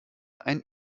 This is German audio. ein